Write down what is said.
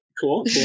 Cool